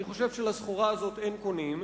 אני חושב שלסחורה הזאת אין קונים.